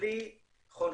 בלי חונכות,